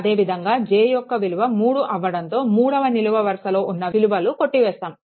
అదేవిధంగా j యొక్క విలువ 3 అవ్వడంతో మూడవ నిలువు వరుసలో ఉన్న విలువలు కొట్టివేస్తాము